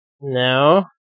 No